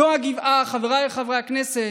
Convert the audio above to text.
זו הגבעה, חבריי חברי הכנסת,